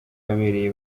yabereye